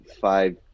five